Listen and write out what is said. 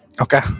Okay